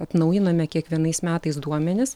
atnaujiname kiekvienais metais duomenis